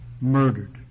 murdered